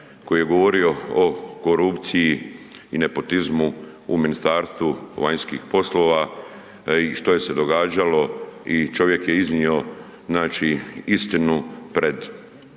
koji je govorio o korupciji i nepotizmu u Ministarstvu vanjskih poslova i što je se događalo i čovjek je iznio, znači istinu pred hrvatsku